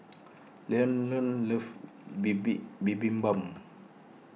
Lavonne loves Bibimbap